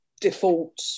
default